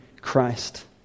Christ